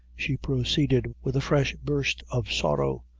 she proceeded, with a fresh burst of sorrow,